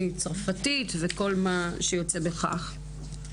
צרפתית וכל כיוצא בכך.